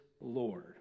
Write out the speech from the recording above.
Lord